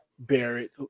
Barrett